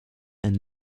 and